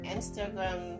Instagram